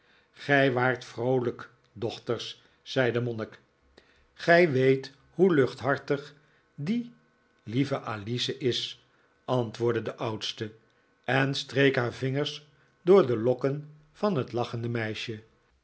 gij waart vroolijk dochters zei de monnik gij weet hoe luchthartig die lieve alinikolaas nickleby ce is antwoordde de oudste en streek haar vingers door de lokken van het lachende meisje